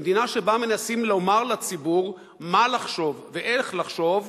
במדינה שבה מנסים לומר לציבור מה לחשוב ואיך לחשוב,